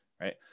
Right